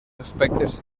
aspectes